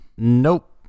Nope